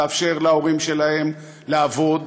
לאפשר להורים שלהם לעבוד,